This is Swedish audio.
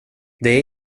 det